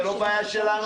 זה לא בעיה שלנו,